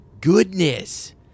goodness